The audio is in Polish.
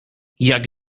jak